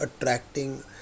attracting